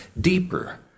deeper